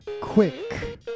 quick